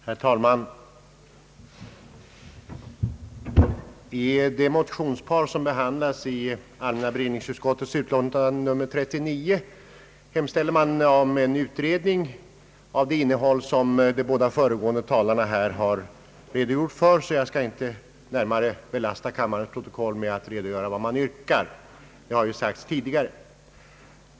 Herr talman! I det motionspar som behandlas i allmänna beredningsutskottets utlåtande nr 39 hemställs om en utredning av det innehåll som de båda föregående talarna här har redogjort för. Jag skall därför inte belasta kammarens protokoll med att redogöra för vad man yrkar — det har ju sagts här tidigare.